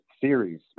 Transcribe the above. series